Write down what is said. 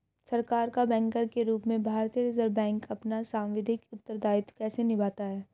सरकार का बैंकर के रूप में भारतीय रिज़र्व बैंक अपना सांविधिक उत्तरदायित्व कैसे निभाता है?